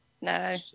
No